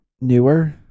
newer